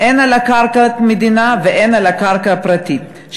הן על קרקע מדינה והן על קרקע פרטית,